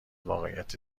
واقعیت